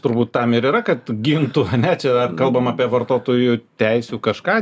turbūt tam ir yra kad gintų ne čia kalbam apie vartotojų teisių kažką